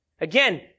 again